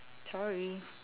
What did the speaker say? sorry